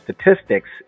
statistics